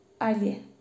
Ali